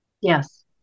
Yes